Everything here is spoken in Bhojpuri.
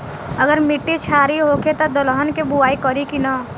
अगर मिट्टी क्षारीय होखे त दलहन के बुआई करी की न?